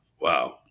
Wow